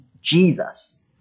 Jesus